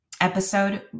episode